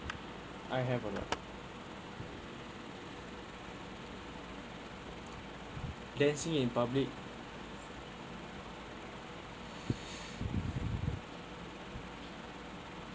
I have a lot can you see in public